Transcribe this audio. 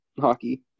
hockey